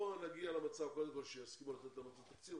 בואו נגיע למצב קודם כל שיסכימו לתת לנו את התקציב,